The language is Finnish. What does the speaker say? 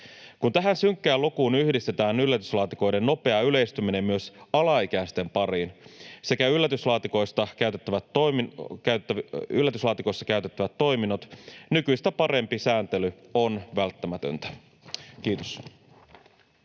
Kun tähän synkkään lukuun yhdistetään yllätyslaatikoiden nopea yleistyminen myös alaikäisten pariin sekä yllätyslaatikoissa käytettävät toiminnot, nykyistä parempi sääntely on välttämätöntä. — Kiitos.